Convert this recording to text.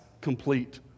complete